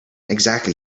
exactly